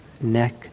neck